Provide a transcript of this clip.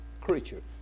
creature